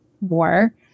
war